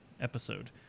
episode